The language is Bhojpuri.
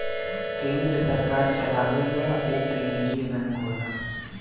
केन्द्र सरकार चलावेला उ केन्द्रिय बैंक होला